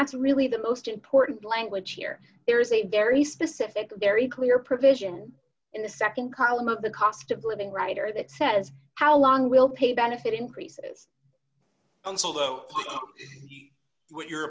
that's really the most important language here there is a very specific very clear provision in the nd column of the cost of living writer that says how long will pay benefit increases and so low what your